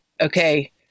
Okay